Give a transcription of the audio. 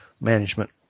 management